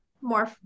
more